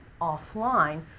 offline